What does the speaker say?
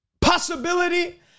possibility